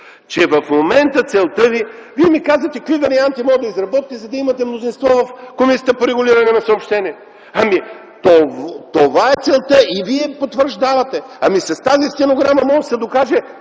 на моята теза. Вие ми казвате какви варианти можете да изработите, за да имате мнозинство в Комисията по регулиране на съобщенията – това е целта и вие я потвърждавате. Ами, с тази стенограма в Европейската